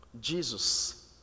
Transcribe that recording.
Jesus